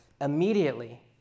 immediately